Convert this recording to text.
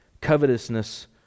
Covetousness